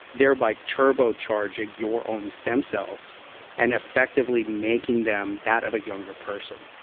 there by turbo charging your own stem cells and effectively making them that of a younger person.